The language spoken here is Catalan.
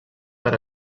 per